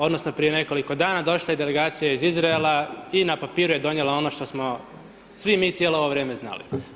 Odnosno prije nekoliko dana, došla je delegacija iz Izraela, i na papiru je donijela ono što smo svi mi cijelo ovo vrijeme znali.